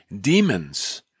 demons